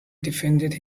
defended